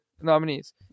nominees